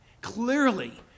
Clearly